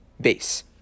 base